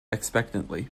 expectantly